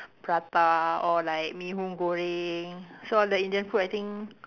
prata or like mee hoon goreng so all the Indian food I think